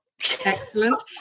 Excellent